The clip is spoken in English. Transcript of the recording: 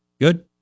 Good